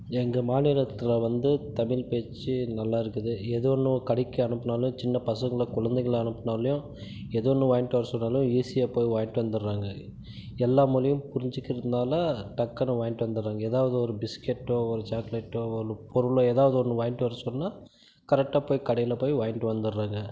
எங்கள் மாநிலத்தில் வந்து தமிழ் பேச்சு நல்லாயிருக்குது எது ஒன்றும் கடைக்கு அனுப்பினாலும் சின்ன பசங்களை கொழந்தைகள அனுப்பினாலும் எது ஒன்று வாங்கிட்டு வர சொன்னாலும் ஈஸியாக போய் வாங்கிட்டு வந்துடறாங்க எல்லா மொழியும் புரிஞ்சுக்கிறதுனால டக்குனு வாங்கிட்டு வந்துடறாங்க ஏதாவது ஒரு பிஸ்கெட்டோ ஒரு சாக்லேட்டோ ஒரு பொருளோ ஏதாவது ஒன்று வாங்கிட்டு வர சொன்னால் கரெக்டாக போய் கடையில் போய் வாங்கிட்டு வந்துடறாங்க